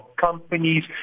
companies